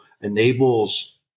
enables